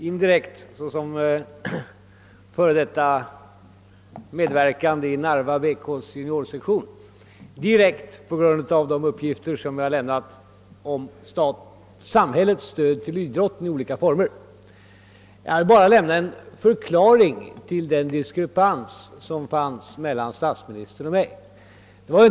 Indirekt apostroferade han mig såsom f.d. aktiv i Narva BK:s juniorsektion, direkt på grund av de uppgifter jag lämnat om samhällets stöd till idrotten i olika former. Jag vill bara lämna en förklaring till den diskrepans som fanns mellan statsministern och mig.